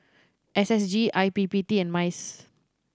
S S G I P P T and MICE